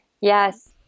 Yes